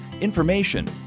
information